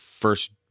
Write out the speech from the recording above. First